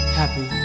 happy